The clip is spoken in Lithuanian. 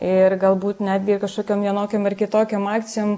ir galbūt netgi kažkokiom vienokiom ar kitokiom akcijom